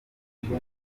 imbuga